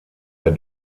der